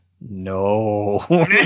No